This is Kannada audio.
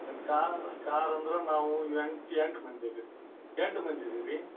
ಕಾರ್ ಕಾರ್ ಅಂದ್ರೆ ನಾವು ಎಂಟು ಎಂಟು ಮಂದಿ ಇದ್ದೀವಿ ಎಂಟು ಮಂದಿ ಇದೀವಿ ರೀ